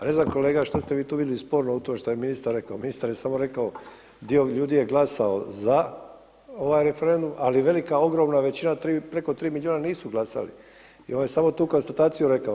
A ne znam kolega što ste vi tu vidjeli sporno u tome što je ministar rekao, ministar je samo rekao dio ljudi je glasao za ovaj referendum ali velika, ogromna veći na preko 3 milijuna nisu glasali i on je samo tu konstataciju rekao.